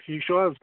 ٹھیٖک چھِو حظ